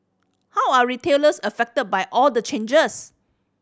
how are retailers affected by all the changes